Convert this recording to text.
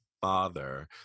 father